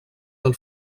del